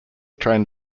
trained